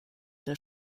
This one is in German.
der